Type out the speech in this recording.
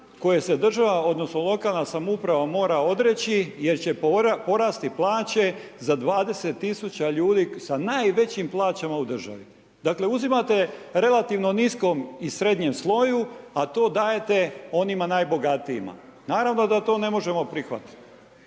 kojih se lokalna samouprava mora odreći jer će porasti plače za 20 000 ljudi s najvećim plaćama u državi. Dakle uzimate relativno niskom i srednjem sloju, a to dajete onima najbogatijima, naravno da to ne možemo prihvatit.